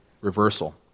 reversal